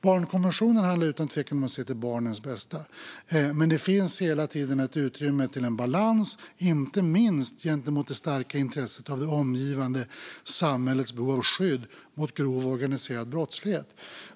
Barnkonventionen handlar utan tvivel om att se till barnets bästa, men det finns hela tiden ett utrymme för balans - inte minst gentemot det omgivande samhällets intressen och starka behov av skydd mot grov organiserad brottslighet.